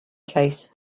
case